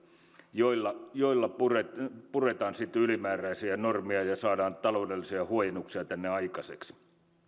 joilla joilla puretaan ylimääräisiä normeja ja saadaan taloudellisia huojennuksia aikaiseksi